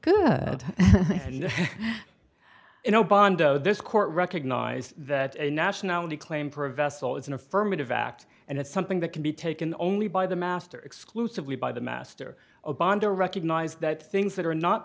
know bondo this court recognize that a nationality claim for a vessel is an affirmative act and it's something that can be taken only by the master exclusively by the master a bond to recognize that things that are not